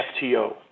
FTO